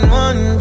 one